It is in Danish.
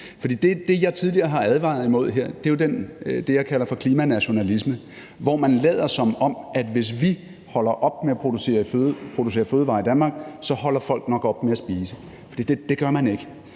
er det, jeg tidligere har advaret imod her. Det er jo det, jeg kalder for klimanationalisme, hvor man lader, som om at hvis vi holder op med at producere fødevarer i Danmark, holder folk nok op med at spise. Det gør man ikke,